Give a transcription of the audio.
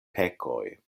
pekoj